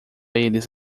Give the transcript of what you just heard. eles